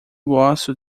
gosto